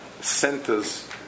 centers